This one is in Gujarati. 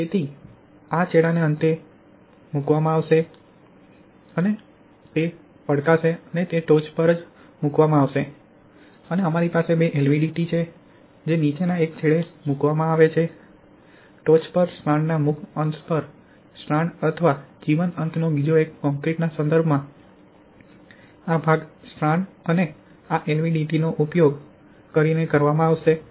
તેથી આ છેડાને અંતે મૂકવામાં આવશે અને તે પકડાશે અને તે ટોચ પર જ મુકવામાં આવશે અને અમારી પાસે બે એલવીડીટી છે જે નીચેના એક છેડે મૂકવામાં આવશે ટોચ પર સ્ટ્રાન્ડના મુક્ત અંત પર સ્ટ્રાન્ડ અથવા જીવંત અંતનો બીજો એક કોંક્રિટના સંદર્ભમાં આ ભાગ સ્ટ્રાન્ડ અને આ એલવીડીટીનો ઉપયોગ એલવીડીટીનો ઉપયોગ કરીને કરવામાં આવશે